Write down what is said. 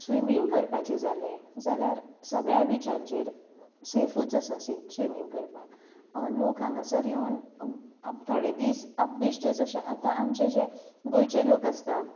swimming करपाचें जालें जाल्यार सगल्या बिचांचेर सेफूच आसा स्विमींग करपाक लोक हांगासर येवन थोडे दीस बेश्टेच अशे आतां आमचे जे गोंयचे लोक आसता